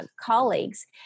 colleagues